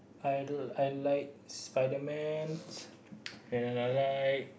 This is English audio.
I l~ I like Spiderman and I like